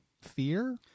fear